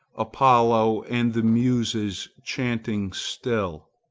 apollo and the muses chanting still.